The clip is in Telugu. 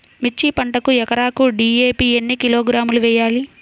మిర్చి పంటకు ఎకరాకు డీ.ఏ.పీ ఎన్ని కిలోగ్రాములు వేయాలి?